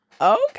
okay